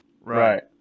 Right